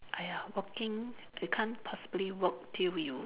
!aiya! working we can't possibly work till we